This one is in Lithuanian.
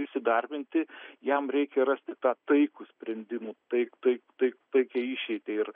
įsidarbinti jam reikia rasti tą taikų sprendimą tai tai tai taikią išeitį ir